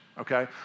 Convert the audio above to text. Okay